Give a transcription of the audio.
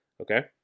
Okay